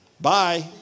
Bye